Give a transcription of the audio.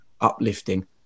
uplifting